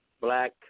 black